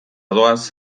doaz